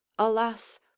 alas